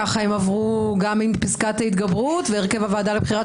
כך הם עברו גם עם פסקת ההתגברות והרכב הוועדה לבחירת